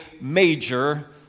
major